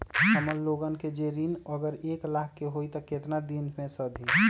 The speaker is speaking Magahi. हमन लोगन के जे ऋन अगर एक लाख के होई त केतना दिन मे सधी?